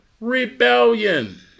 Rebellion